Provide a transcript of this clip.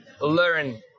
learn